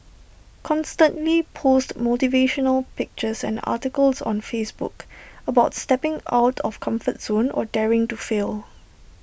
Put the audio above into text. constantly post motivational pictures and articles on Facebook about stepping out of comfort zone or daring to fail